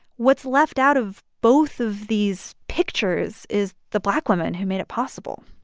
what's left out of both of these pictures is the black women who made it possible